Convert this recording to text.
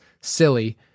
silly